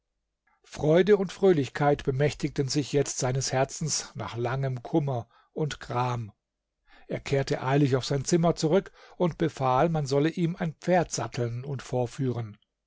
freude und fröhlichkeit bemächtigten sich jetzt seines herzens nach langem kummer und gram er kehrte eilig auf sein zimmer zurück und befahl man solle ihm ein pferd satteln und vorführen